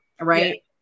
Right